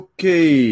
Okay